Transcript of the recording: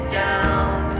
down